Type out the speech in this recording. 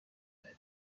ببری